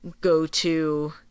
go-to